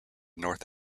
north